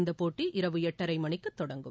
இந்த போட்டி இரவு எட்டரை மணிக்கு தொடங்கும்